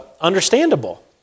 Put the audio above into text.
understandable